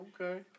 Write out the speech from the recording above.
Okay